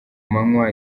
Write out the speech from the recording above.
manywa